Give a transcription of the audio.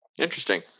Interesting